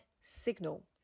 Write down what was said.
signal